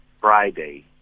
Friday